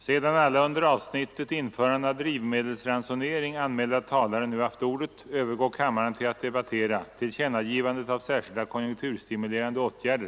Sedan alla under avsnittet Införande av drivmedelsransonering anmälda talare nu haft ordet övergår kammaren till att debattera Tillkännagivandet av särskilda konjunkturstimulerande åtgärder.